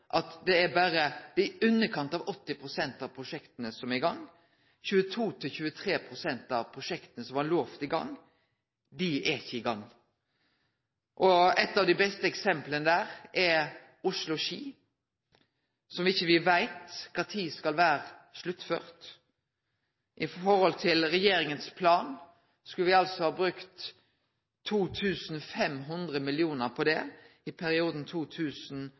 slik at det berre er i underkant av 80 pst. av prosjekta som er i gang. 22–23 pst. av prosjekta som ein lova skulle vere i gang, er ikkje i gang. Eit av dei beste eksempla på det er Oslo–Ski, som me ikkje veit når skal vere sluttført. Ifølgje regjeringas plan skulle me brukt 2 500 mill. kr på det i perioden